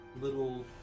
little